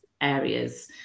areas